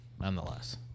nonetheless